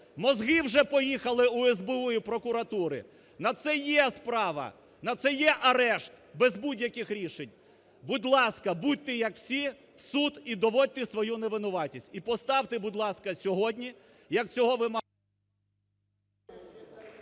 ("мозги вже поїхали" у СБУ і прокуратури), на це є справа, на це є арешт без будь-яких рішень. Будь ласка, будьте як всі, в суд і доводьте свою невинуватість. І поставте, будь ласка, сьогодні як цього вимагає…